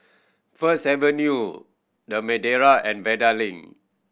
First Avenue The Madeira and Vanda Link